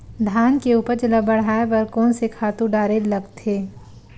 धान के उपज ल बढ़ाये बर कोन से खातु डारेल लगथे?